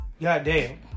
goddamn